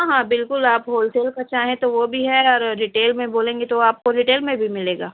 ہاں ہاں بالکل آپ ہول سیل کا چاہیں تو وہ بھی ہے اور رٹیل میں بولیں گے تو آپ کو رٹیل میں بھی ملے گا